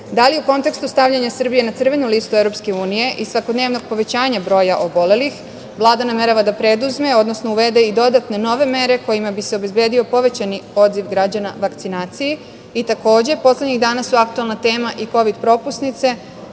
da li u kontekstu stavljanja Srbije na crvenu listu EU i svakodnevnog povećanja broja obolelih Vlada namerava da preduzme, odnosno uvede i dodatne nove mere kojima bi se obezbedio povećani odziv građana vakcinaciji? Takođe, poslednjih dana su aktuelna tema i kovid – propusnice,